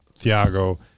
Thiago